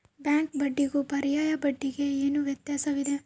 Bank ಬಡ್ಡಿಗೂ ಪರ್ಯಾಯ ಬಡ್ಡಿಗೆ ಏನು ವ್ಯತ್ಯಾಸವಿದೆ?